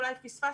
אולי פספסתי.